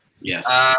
Yes